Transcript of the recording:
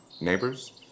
neighbors